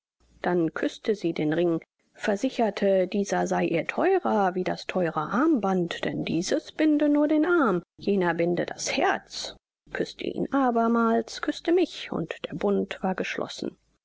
dann küßte sie den ring versicherte dieser sei ihr theuerer wie das theuere armband denn dieses binde nur den arm jener binde das herz küßte ihn abermals küßte mich und der bund war geschlossen